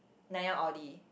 Nanyang-Audi